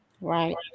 Right